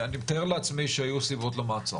אני מתאר לעצמי שהיו סיבות למעצר,